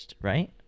right